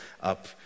up